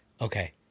Okay